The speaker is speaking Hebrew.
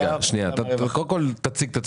רגע, שנייה, קודם כל תציג את עצמך.